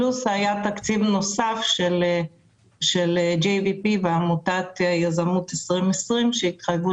פלוס תקציב נוסף שהיה של JVP ועמותת יזמות 2020 שהתחייבו